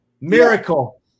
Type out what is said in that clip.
miracle